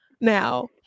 Now